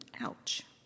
Ouch